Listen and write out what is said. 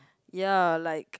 ya like